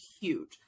huge